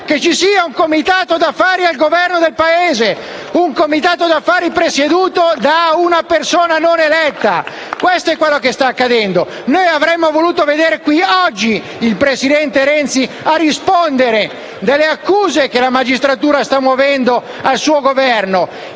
che ci sia un comitato d'affari al Governo del Paese. Un comitato d'affari presieduto da una persona non eletta! Questo è quanto sta accadendo. *(Applausi dal Gruppo LN-Aut)*. Noi avremmo voluto vedere qui oggi il presidente Renzi a rispondere delle accuse che la magistratura sta muovendo al suo Governo